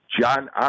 John